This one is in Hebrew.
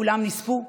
כולם נספו,